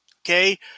okay